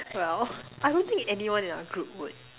well I don't think anyone in our group would